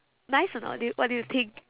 nice or not do you what do you think